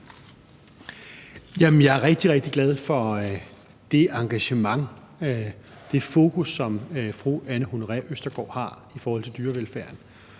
rigtig, rigtig glad for det engagement og det fokus, som fru Anne Honoré Østergaard har i forhold til dyrevelfærd,